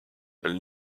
elle